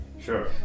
Sure